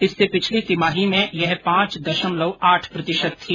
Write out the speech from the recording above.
इससे पिछली तिमाही में यह पांच दशमलव आठ प्रतिशत थी